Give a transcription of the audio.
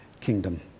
kingdom